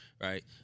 right